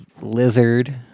Lizard